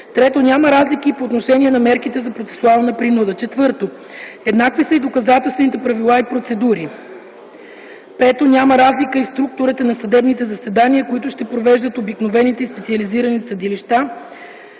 ред; 3. няма разлики и по отношение на мерките за процесуална принуда; 4. еднакви са и доказателствените правила и процедури; 5. няма разлика и в структурата на съдебните заседания, които ще провеждат обикновените и специализираните съдилища;